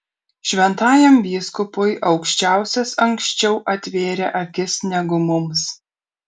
šventajam vyskupui aukščiausias anksčiau atvėrė akis negu mums